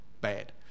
bad